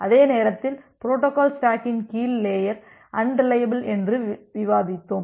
அதே நேரத்தில் பொரோட்டோகால் ஸ்டாக்கின் கீழ் லேயர் அன்ரிலையபில் என்று விவாதித்தோம்